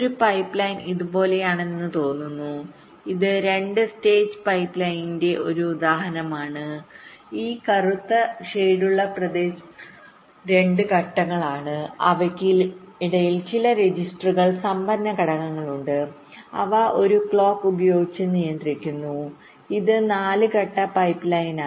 ഒരു പൈപ്പ്ലൈൻ ഇതുപോലെയാണെന്ന് തോന്നുന്നു ഇത് രണ്ട് സ്റ്റേജ് പൈപ്പ്ലൈനിന്റെ ഒരു ഉദാഹരണമാണ് ഈ കറുത്ത ഷേഡുള്ള പ്രദേശങ്ങൾ രണ്ട് ഘട്ടങ്ങളാണ് അവയ്ക്കിടയിൽ ചില രജിസ്റ്ററുകൾ സംഭരണ ഘടകങ്ങളുണ്ട് അവ ഒരു ക്ലോക്ക് ഉപയോഗിച്ച് നിയന്ത്രിക്കുന്നു ഇത് നാല് ഘട്ട പൈപ്പ്ലൈനാണ്